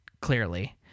Clearly